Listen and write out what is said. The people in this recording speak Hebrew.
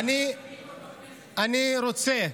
אני אצא.